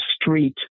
street